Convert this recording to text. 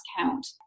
count